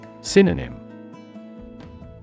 Synonym